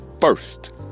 first